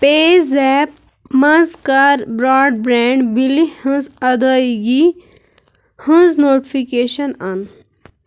پے زیپ منٛز کَر broadband بِلہِ ہٕنٛز ادٲیگی ہٕنٛز نوٚٹفِکیشَن اَن